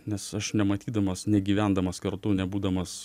nes aš nematydamas negyvendamas kartu nebūdamas